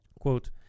Quote